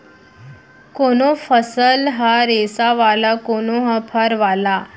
कोनो फसल ह रेसा वाला, कोनो ह फर वाला